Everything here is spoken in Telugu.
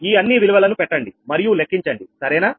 ఈ అన్ని విలువలను పెట్టండి మరియు లెక్కించండి సరేనా